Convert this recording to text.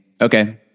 okay